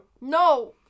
No